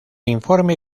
informe